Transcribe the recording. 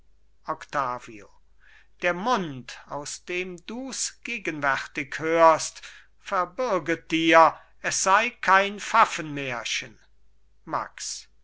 octavio der mund aus dem dus gegenwärtig hörst verbürget dir es sei kein pfaffenmärchen max